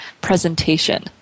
presentation